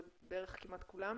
זה כמעט כולם,